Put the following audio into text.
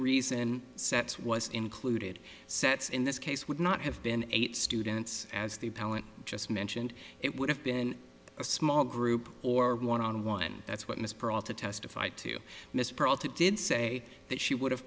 reason sets was included sets in this case would not have been eight students as the appellant just mentioned it would have been a small group or one on one that's what miss prall to testify to miss prall to did say that she would have